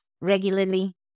regularly